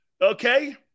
okay